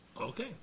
Okay